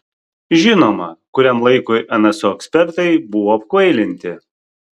žinoma kuriam laikui nso ekspertai buvo apkvailinti